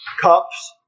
cups